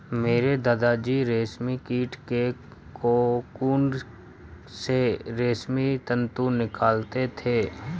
मेरे दादा जी रेशमी कीट के कोकून से रेशमी तंतु निकालते थे